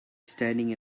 standing